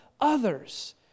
others